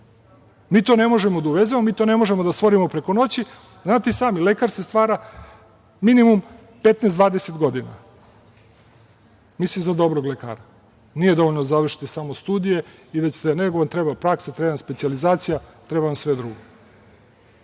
Mi to ne možemo da uvezemo. Mi to ne možemo da stvorimo preko noći. Znate i sami, lekar se stvara minimum 15, 20 godina. Mislim na dobrog lekara. Nije dovoljno da završite samo studije, nego vam treba praksa, treba vam specijalizacija, treba vam sve drugo.